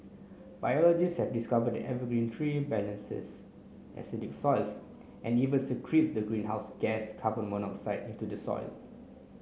biologist have discovered the evergreen tree balances acidic soils and even secretes the greenhouse gas carbon monoxide into the soil